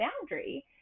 boundary